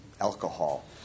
alcohol